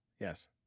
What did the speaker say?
Yes